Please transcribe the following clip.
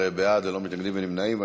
16 בעד, ללא מתנגדים ונמנעים.